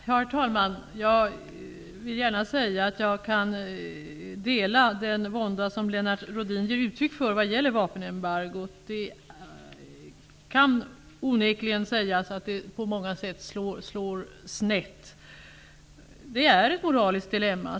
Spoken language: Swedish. Herr talman! Jag vill gärna säga att jag kan dela den vånda som Lennart Rohdin ger uttryck för vad gäller vapenembargot. Det kan onekligen sägas att det på många sätt slår snett. Det är ett moraliskt dilemma.